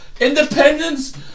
Independence